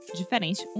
diferente